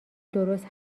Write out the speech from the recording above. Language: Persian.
درست